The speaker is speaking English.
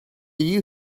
you